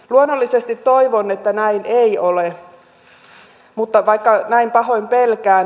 luonnollisesti toivon että näin ei ole vaikka näin pahoin pelkään